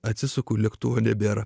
atsisuku lėktuvo nebėra